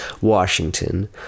Washington